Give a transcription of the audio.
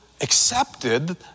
accepted